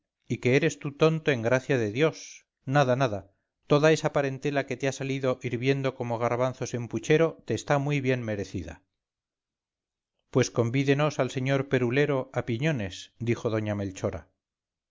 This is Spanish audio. y que eres tú tonto en gracia de dios nada nada toda esa parentela que te ha salido hirviendo como garbanzos en puchero te está muy bien merecida pues convídenos al señor perulero a piñones dijo doña melchora